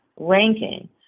ranking